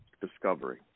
discovery